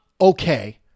okay